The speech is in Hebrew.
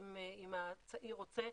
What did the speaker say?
אם הצעיר רוצה,